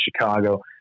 Chicago